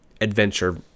adventure